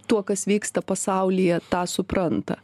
tuo kas vyksta pasaulyje tą supranta